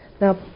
Now